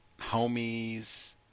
homies